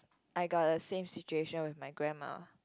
I got a same situation with my grandma